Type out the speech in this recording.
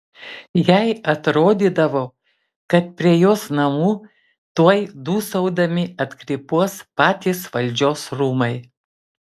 jai atrodydavo kad prie jos namų tuoj dūsaudami atkrypuos patys valdžios rūmai